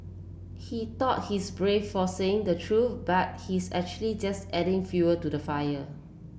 he thought he's brave for saying the truth but he's actually just adding fuel to the fire